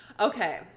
Okay